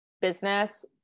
business